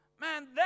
Man